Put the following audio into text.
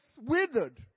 withered